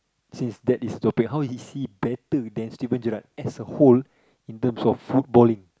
since that is your pick how is he better than Steven-Garrard as a whole in terms of footballing